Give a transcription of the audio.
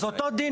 אז אותו דין